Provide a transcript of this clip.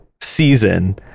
season